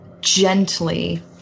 gently